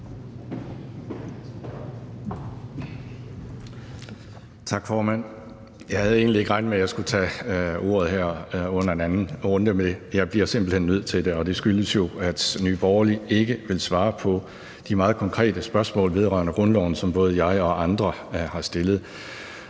Tak, formand. Jeg havde egentlig ikke regnet med, at jeg skulle tage ordet her i anden runde, men jeg bliver simpelt hen nødt til det, og det skyldes jo, at Nye Borgerlige ikke vil svare på de meget konkrete spørgsmål vedrørende grundloven, som både jeg og andre har stillet.